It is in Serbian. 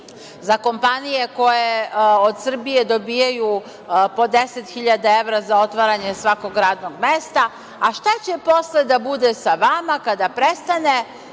za kompanije koje od Srbije dobijaju po 10.000 evra za otvaranje svakog radnog mesta, a šta će posle da bude sa vama kada prestane